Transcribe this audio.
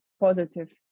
positive